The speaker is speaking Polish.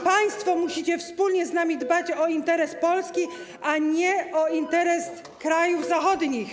Państwo musicie wspólnie z nami dbać o interes Polski, a nie o interes krajów zachodnich.